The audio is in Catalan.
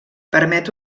permet